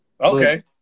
Okay